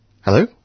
Hello